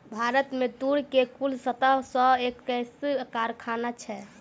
भारत में तूर के कुल सत्रह सौ एक्कैस कारखाना छै